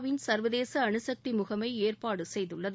win சா்வதேச அனுசக்தி முகமை ஏற்பாடு செய்துள்ளது